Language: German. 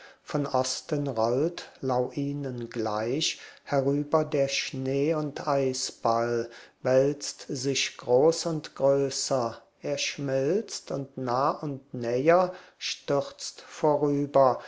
von osten rollt lauinen gleich herüber der schnee und eisball wälzt sich groß und größer er schmilzt und nah und näher stürzt vorüber